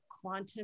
quantum